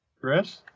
Chris